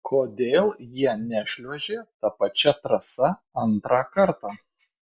kodėl jie nešliuožė ta pačia trasa antrą kartą